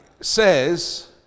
says